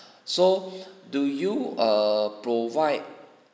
so do you err provide